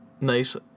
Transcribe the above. nice